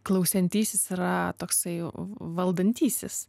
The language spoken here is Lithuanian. klausiantysis yra toksai valdantysis